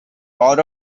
power